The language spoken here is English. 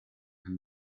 and